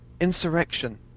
Insurrection